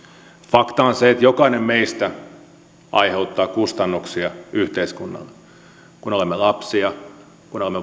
fakta on se että jokainen meistä aiheuttaa kustannuksia yhteiskunnalle kun olemme lapsia kun olemme